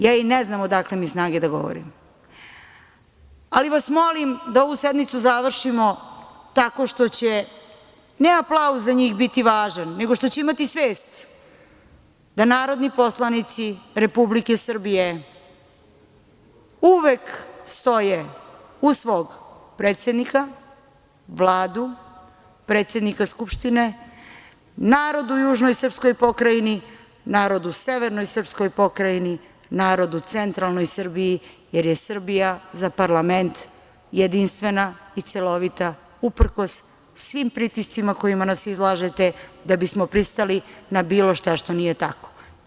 Ja i ne znam odakle mi snage da govorim, ali vas molim da ovu sednicu završimo tako što će ne aplauz za njih biti važan, nego što će imati svest da narodni poslanici Republike Srbije uvek stoje uz svog predsednika, Vladu, predsednika Skupštine, narod u južnoj srpskoj pokrajini, narod u severnoj srpskoj pokrajini, narod u centralnoj Srbiji, jer je Srbija za parlament jedinstvena i celovita uprkos svim pritiscima kojima nas izlažete da bismo pristali na bilo šta što nije tako.